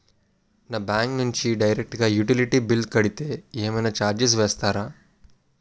నా బ్యాంక్ నుంచి డైరెక్ట్ గా యుటిలిటీ బిల్ కడితే ఏమైనా చార్జెస్ వేస్తారా?